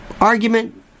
argument